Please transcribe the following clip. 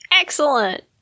Excellent